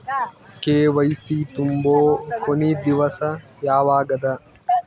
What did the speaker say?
KYC ತುಂಬೊ ಕೊನಿ ದಿವಸ ಯಾವಗದ?